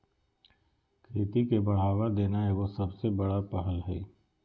खेती के बढ़ावा देना एगो सबसे बड़ा पहल हइ